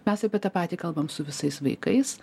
mes apie tą patį kalbam su visais vaikais